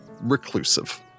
reclusive